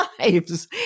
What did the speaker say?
lives